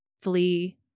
flee